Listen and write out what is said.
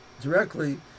directly